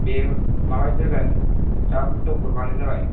बेयो माबादि जागोन दा पटक हरबानो जाबाय